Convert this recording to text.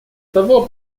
того